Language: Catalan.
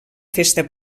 festa